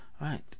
right